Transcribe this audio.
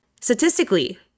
Statistically